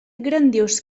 grandiós